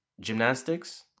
gymnastics